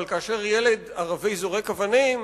אבל כאשר ילד ערבי זורק אבנים,